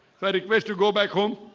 so i request to go back home